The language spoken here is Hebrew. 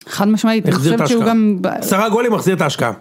חד משמעית, החזיר את ההשקעה, אני חושבת שגם..., שרה גולי מחזיר את ההשקעה.